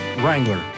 Wrangler